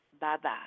Bye-bye